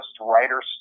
writers